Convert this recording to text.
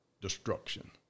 destruction